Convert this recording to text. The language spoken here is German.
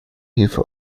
hilfe